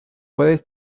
puedes